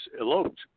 eloped